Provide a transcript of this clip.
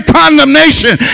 condemnation